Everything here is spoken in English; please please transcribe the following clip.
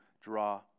draw